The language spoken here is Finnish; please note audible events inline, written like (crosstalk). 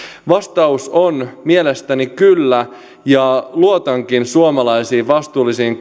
vastaus on mielestäni kyllä ja luotankin suomalaisiin vastuullisiin (unintelligible)